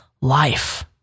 life